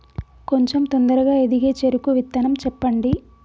కొంచం తొందరగా ఎదిగే చెరుకు విత్తనం చెప్పండి?